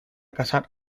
casar